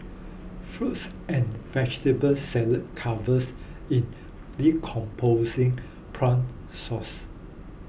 fruits and vegetable salad covered in decomposing prawn sauce